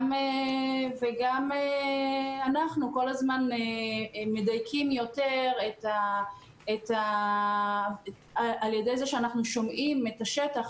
אנחנו גם כל הזמן מדייקים יותר על ידי זה שאנחנו שמעים מהשטח.